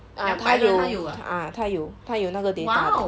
uh 他有 uh 他有那个 data 的